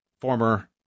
former